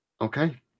Okay